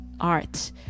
art